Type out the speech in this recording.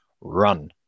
run